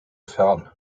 fern